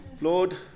Lord